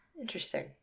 Interesting